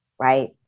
Right